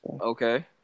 Okay